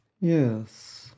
yes